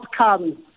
outcome